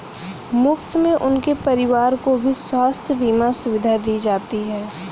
मुफ्त में उनके परिवार को भी स्वास्थ्य बीमा सुविधा दी जाती है